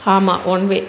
ஆமாம் ஒன் வே